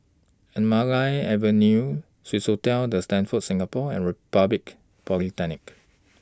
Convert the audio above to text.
Anamalai Avenue Swissotel The Stamford Singapore and Republic Polytechnic